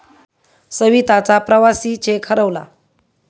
सविताचा प्रवासी चेक हरवला